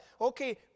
Okay